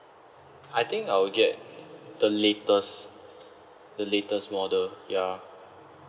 I think I will get the latest the latest model ya